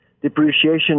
depreciation